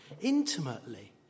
intimately